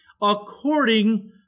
according